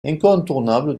incontournable